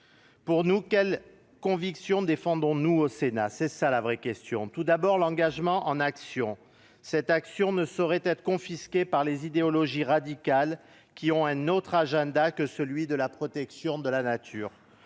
action. Quelles convictions défendons-nous au Sénat ? Tout d'abord, nous prônons l'engagement en action. Cette action ne saurait être confisquée par les idéologies radicales qui ont un autre agenda que celui de la protection de la nature.